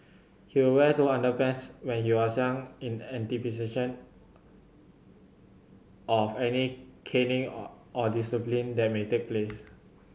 he would wear two underpants when he was young in anticipation of any caning or or disciplining that may take place